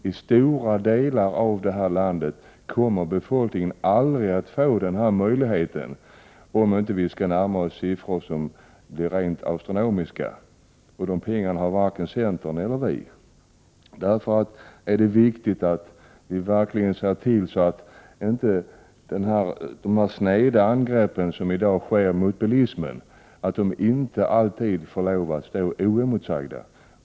I stora delar av det här landet kommer befolkningen aldrig att få denna möjlighet, om vi inte skall närma oss rent astronomiska belopp, och de pengarna har varken centern eller vi. Därför är det viktigt att se till så att de sneda angrepp som i dag sker mot bilismen inte alltid får stå oemotsagda.